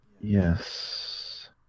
Yes